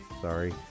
sorry